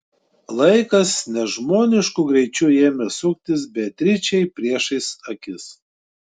laikas nežmonišku greičiu ėmė suktis beatričei priešais akis